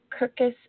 Kirkus